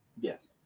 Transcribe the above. Yes